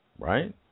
Right